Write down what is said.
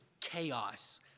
chaos